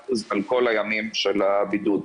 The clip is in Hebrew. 100% על כל הימים של הבידוד.